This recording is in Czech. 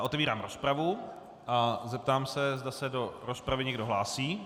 Otevírám rozpravu a zeptám se, zda se do rozpravy někdo hlásí.